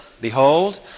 Behold